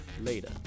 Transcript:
later